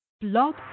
Blog